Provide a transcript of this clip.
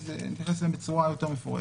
נתייחס אליהם בצורה יותר מפורטת.